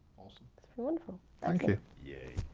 awesome. it's been wonderful. thank you. yay.